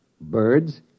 Birds